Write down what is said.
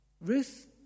Ruth